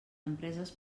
empreses